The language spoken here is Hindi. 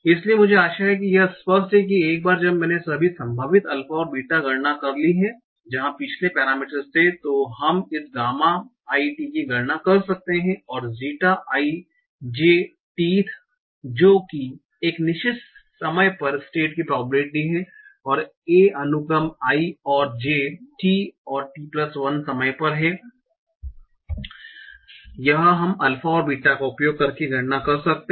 इसलिए मुझे आशा है कि यह स्पष्ट है कि एक बार जब मैंने सभी संभावित अल्फा और बीटा गणना कर ली है जहा पिछले पेरामीटरस थे तो हम इस गामा i t की गणना कर सकते हैं और zeta i j t th जो एक निश्चित समय पर स्टेट की प्रोबेबिलिटी है और a अनुक्रम i और j t और t1 समय पर हैं यह हम अल्फा और बीटा का उपयोग करके गणना कर सकते हैं